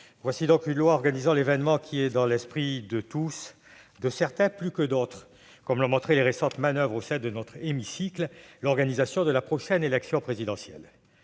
voici donc une loi organisant l'événement qui est dans l'esprit de tous, mais de certains plus que d'autres, comme l'ont montré les récentes manoeuvres au sein de notre hémicycle : l'organisation de la prochaine élection présidentielle.